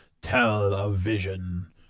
television